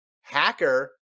Hacker